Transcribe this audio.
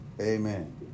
Amen